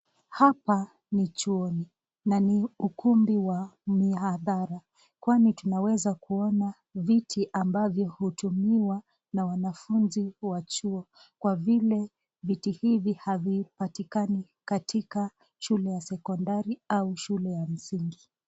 Hapa ni chuoni na ni ukumbi wa mihadara kwani tunaweza kuona viti ambavyo hutumiwa na wanafunzi wa huku chuo kwa vile viti havipatikani katika shule ya sekondari au shule ya msingi.